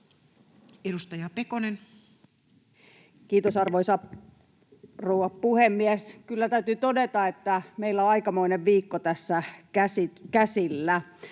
17:46 Content: Kiitos, arvoisa rouva puhemies! Kyllä täytyy todeta, että meillä on aikamoinen viikko tässä käsillä.